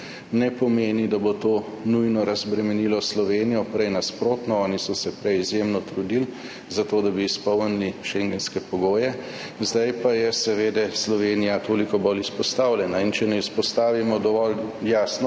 ne pomeni, da bo to nujno razbremenilo Slovenijo. Prej nasprotno, oni so se prej izjemno trudili za to, da bi izpolnili šengenske pogoje, zdaj pa je seveda Slovenija toliko bolj izpostavljena. In če ne izpostavimo dovolj jasno,